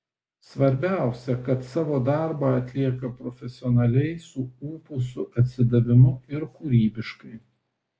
svarbiausia kad savo darbą atlieka profesionaliai su ūpu su atsidavimu ir kūrybiškai